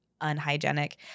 unhygienic